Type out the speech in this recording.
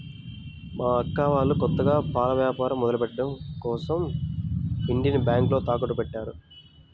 మా అక్క వాళ్ళు కొత్తగా పాల వ్యాపారం మొదలుపెట్టడం కోసరం ఇంటిని బ్యేంకులో తాకట్టుపెట్టారు